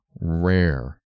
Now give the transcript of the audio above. rare